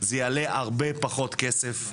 זה יעלה הרבה פחות כסף.